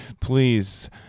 Please